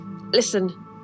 listen